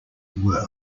were